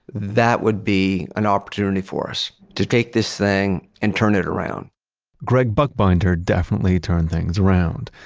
that would be an opportunity for us to take this thing and turn it around gregg buchbinder definitely turned things around.